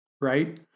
Right